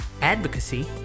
advocacy